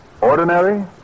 Ordinary